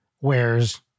wears